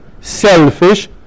selfish